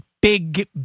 big